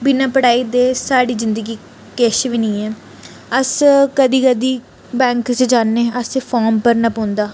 बिना पढ़ाई दे साढ़ी जिंदगी किश बी नी ऐ अस कदी कदी बैंक च जाने आ असें फार्म भरना पौंदा